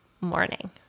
morning